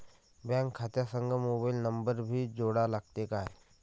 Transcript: Bank खात्या संग mobile number भी जोडा लागते काय?